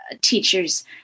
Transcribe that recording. teachers